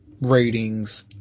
ratings